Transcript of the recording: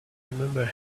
remember